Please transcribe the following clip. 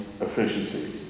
efficiency